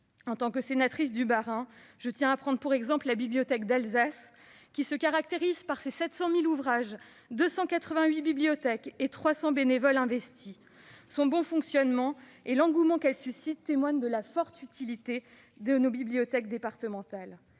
En tant que sénatrice du Bas-Rhin, je tiens à prendre pour exemple la Bibliothèque d'Alsace, qui se caractérise par ses 700 000 ouvrages, 288 bibliothèques et 300 bénévoles investis. Son bon fonctionnement et l'engouement qu'elle suscite témoignent de la forte utilité des bibliothèques départementales.